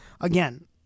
again